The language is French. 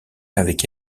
avec